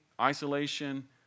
isolation